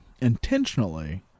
intentionally